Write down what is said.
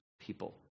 people